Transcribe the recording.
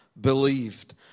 believed